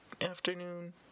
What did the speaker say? afternoon